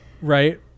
right